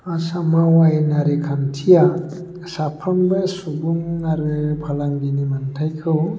आसामाव आयेनारि खान्थिया साफ्रोमबो सुबुं आरो फालांगिनि मोनथाइखौ